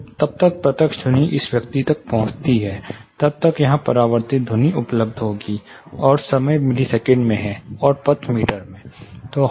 जब तक प्रत्यक्ष ध्वनि इस व्यक्ति तक पहुंचती है तब तक यहां परावर्तित ध्वनि उपलब्ध होगी और समय मिलीसेकंड में है और पथ मीटर में है